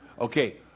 Okay